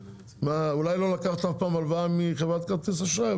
אולי לא לקחת אף פעם הלוואה מחברת כרטיסי אשראי,